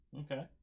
Okay